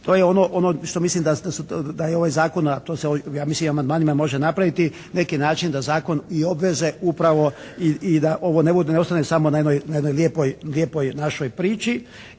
ono, ono što mislim da je to ovaj zakon, a to se ja mislim i amandmanima može napraviti, na neki način da zakon i obveze upravo i da ovo ne bude, ne ostane samo na jednoj, na jednoj lijepoj našoj priči.